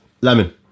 Lemon